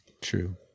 true